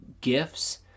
gifts